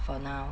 for now